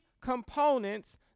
components